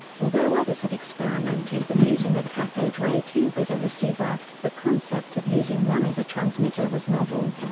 although others had experimented with using a cathode ray tube as a receiver, the concept of using one as a transmitter was novel.